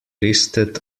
listed